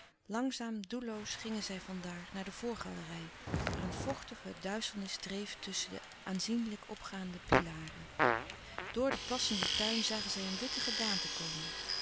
langzaam doelloos gingen zij van daar naar de voorgalerij waar een vochtige duisternis dreef tusschen de aanzienlijk opgaande pilaren door den plassenden tuin zagen zij een witte gedaante komen